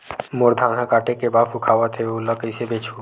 मोर धान ह काटे के बाद सुखावत हे ओला कइसे बेचहु?